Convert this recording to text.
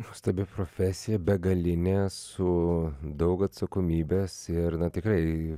nuostabi profesija begalinė su daug atsakomybės ir tikrai